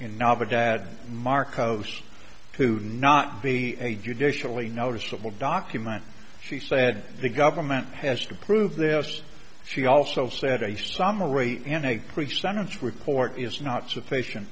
inaba dad marcos to not be a judicially noticeable document she said the government has to prove this she also said a summary and a pre sentence report is not sufficient